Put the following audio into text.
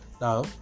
Now